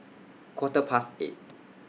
Quarter Past eight